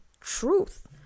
truth